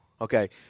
Okay